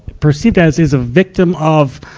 perceived as is a victim of,